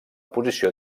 posició